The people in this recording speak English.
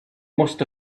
most